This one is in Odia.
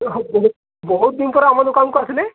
ବହୁତ ଦିନ ପରେ ଆମ ଦୋକାନକୁ ଆସିଲେ